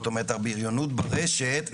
הבריונות ברשת,